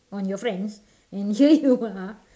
on your friends and here you are